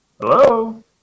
hello